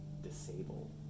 disable